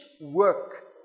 work